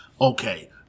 okay